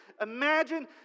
Imagine